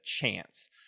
chance